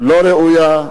לא ראויה,